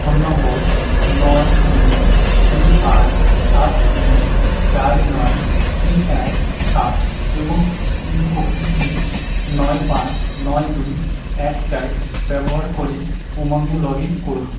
phone number নয় শূন্য দুই আট সাত শূন্য চার নয় তিন এক সাত এবং ওটিপি নয় পাঁচ নয় দুই এক চার ব্যবহার করে উমঙ্গে লগ ইন করুন